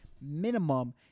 minimum